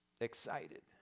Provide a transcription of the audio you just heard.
excited